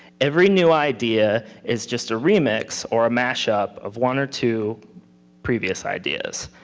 every new idea is just a remix or mash-up of one or two previous ideas.